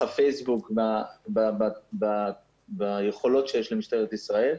דרך הפייסבוק ביכולות שיש למשטרת ישראל,